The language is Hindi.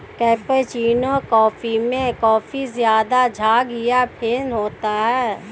कैपेचीनो कॉफी में काफी ज़्यादा झाग या फेन होता है